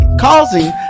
causing